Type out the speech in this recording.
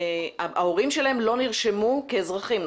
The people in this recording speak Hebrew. לא נרשמו כאזרחים,